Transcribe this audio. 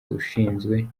ushinzwe